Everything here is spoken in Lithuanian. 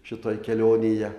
šitoj kelionėje